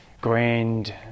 grand